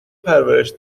پرورش